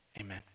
Amen